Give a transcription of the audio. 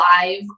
live